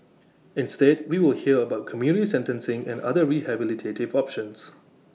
instead we will hear about community sentencing and other rehabilitative options